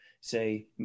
say